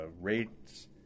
rates